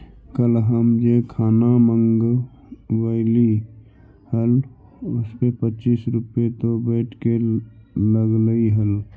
कल हम जे खाना मँगवइली हल उसपे पच्चीस रुपए तो वैट के लगलइ हल